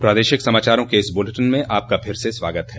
प्रादेशिक समाचारों के इस बुलेटिन में आपका फिर से स्वागत है